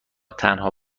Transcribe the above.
تنها